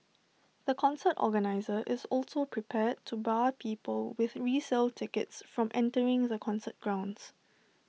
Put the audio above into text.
the concert organiser is also prepared to bar people with resale tickets from entering the concert grounds